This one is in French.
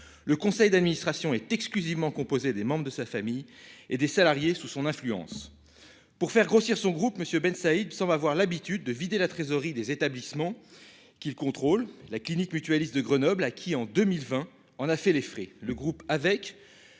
Le conseil d'administration est exclusivement composée des membres de sa famille et des salariés sous son influence. Pour faire grossir son groupe Monsieur Bensaïd va avoir l'habitude de vider la trésorerie des établissements qu'ils contrôlent la clinique mutualiste de Grenoble a qui en 2020 on a fait les frais. Le groupe avec